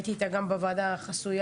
הייתי איתה גם בוועדה החסויה.